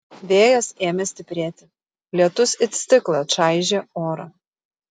vėjas ėmė stiprėti lietus it stiklą čaižė orą